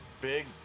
Big